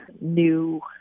new